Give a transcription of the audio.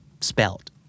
spelled